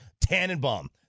Tannenbaum